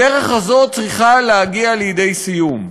הדרך הזאת צריכה להגיע לידי סיום.